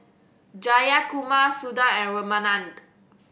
Jayakumar Suda and Ramanand